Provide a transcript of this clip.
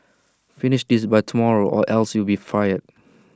finish this by tomorrow or else you'll be fired